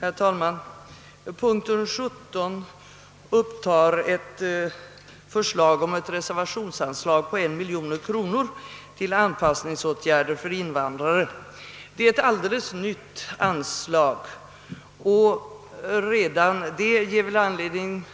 Herr talman! Punkten 17 upptar ett förslag om anvisande av ett reservationsanslag på 1 miljon kronor till anpassningsåtgärder för invandrare. Det är ett alldeles nytt anslag, och redan detta har givit